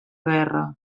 guerra